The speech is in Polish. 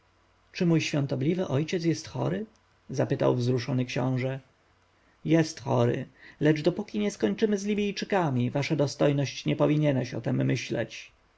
czy mój świątobliwy ojciec jest chory zapytał wzruszony książę jest chory lecz dopóki nie skończymy z libijczykami wasza dostojność nie powinieneś o tem myśleć